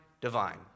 divine